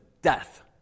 death